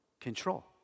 Control